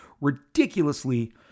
ridiculously